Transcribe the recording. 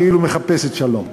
כאילו היא מחפשת שלום.